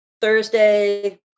Thursday